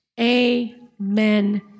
amen